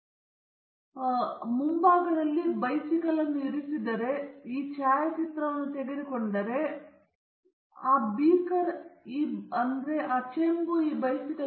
ನಾನು ಹೇಳುವೆಂದರೆ ಛಾಯಾಚಿತ್ರವೊಂದನ್ನು ನೀವು ರಚಿಸಿದಾಗ ನೀವು ಗಮನಿಸಬೇಕಾದ ಮುಖ್ಯ ವಿಷಯವೆಂದರೆ ಮತ್ತೊಮ್ಮೆ ಮೊದಲ ಬಾರಿ ಪ್ರಸ್ತುತಿಗಳನ್ನು ಮರೆತುಬಿಡುವುದು ಕೇವಲ ಛಾಯಾಚಿತ್ರದಲ್ಲಿ ಕಾಣುವದರ ಬಗ್ಗೆ ನಿಮಗೆ ತಿಳಿದಿರಲೇ ಬೇಕು ನೀವು ಸಹ ಪ್ರಯತ್ನವನ್ನು ಮಾಡಬೇಕು ಬಾಹ್ಯ ವಸ್ತುಗಳನ್ನು ಛಾಯಾಚಿತ್ರದಲ್ಲಿ ಕಾಣಿಸುವುದಿಲ್ಲ ಎಂದು ಖಚಿತಪಡಿಸಿಕೊಳ್ಳಲು